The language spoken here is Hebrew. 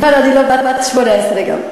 וכבר אני לא בת 18 גם.